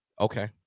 Okay